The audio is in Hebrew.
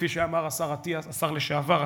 כפי שאמר השר לשעבר אטיאס,